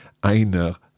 einer